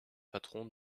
patron